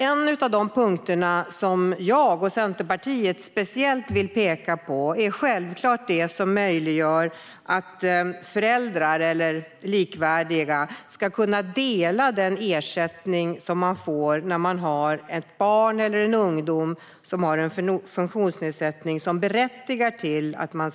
En av de punkter som jag och Centerpartiet speciellt vill peka på är självklart den som möjliggör att föräldrar eller likvärdiga ska kunna dela den ersättning som man får när man har ett barn eller en ung person som har en funktionsnedsättning som berättigar till en sådan.